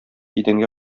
идәнгә